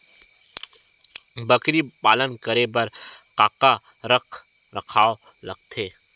बकरी पालन करे बर काका रख रखाव लगथे?